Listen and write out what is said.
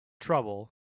Trouble